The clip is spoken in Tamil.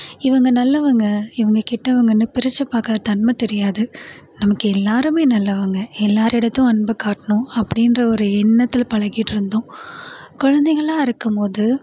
இவங்க நல்லவங்கள் இவங்க கெட்டவங்கள்னு பிரிச்சு பார்க்குற தன்மை தெரியாது நமக்கு எல்லாருமே நல்லவங்கள் எல்லாரிடத்தும் அன்பு காட்டணும் அப்படின்ற ஒரு எண்ணத்தில் பழகிட்டு இருந்தோம் கொழந்தைங்களாக இருக்கும் போது